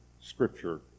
scripture